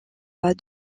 pas